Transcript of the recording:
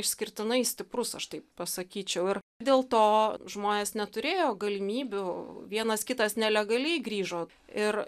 išskirtinai stiprus aš taip pasakyčiau ir dėl to žmonės neturėjo galimybių vienas kitas nelegaliai grįžo ir